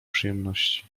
przyjemności